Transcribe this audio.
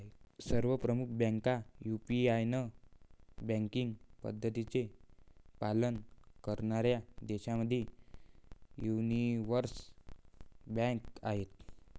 सर्व प्रमुख बँका युरोपियन बँकिंग पद्धतींचे पालन करणाऱ्या देशांमधील यूनिवर्सल बँका आहेत